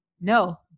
No